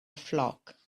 flock